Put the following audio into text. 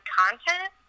content